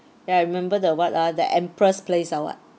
ya I remember the what ah the empress place or what